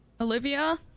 Olivia